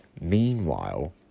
Meanwhile